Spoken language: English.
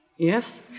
yes